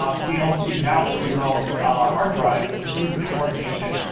um to be able to mount the remote's hard drive within the sift workstation,